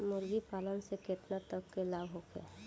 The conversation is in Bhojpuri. मुर्गी पालन से केतना तक लाभ होखे?